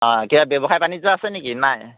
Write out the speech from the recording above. অঁ কিবা ব্যৱসায় বাণিজ্য আছে নেকি নাই